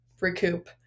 recoup